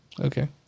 Okay